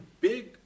big